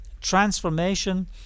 transformation